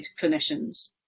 clinicians